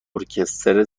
ارکستر